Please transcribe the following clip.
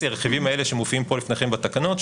הרכיבים האלה שמופיעים פה לפניכם בתקנות,